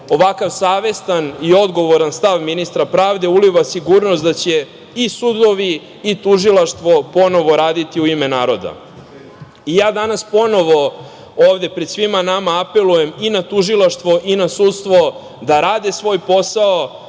Ovakav savestan i odgovoran stav ministra pravde uliva sigurnost da će i sudovi i tužilaštvo ponovo raditi u ime naroda. Danas ponovo ovde pred svima vama apelujem i na tužilaštvo i na sudstvo da rade svoj posao